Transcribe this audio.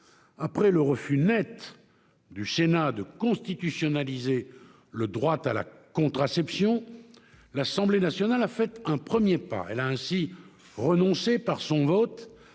Après le refus net du Sénat de constitutionnaliser le droit à la contraception, l'Assemblée nationale a fait un premier pas. Elle a ainsi renoncé, par son vote,